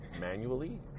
manually